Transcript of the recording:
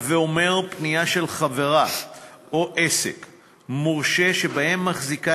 הווי אומר פנייה של חברה או עסק מורשה שמחזיקה